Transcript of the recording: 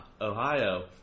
Ohio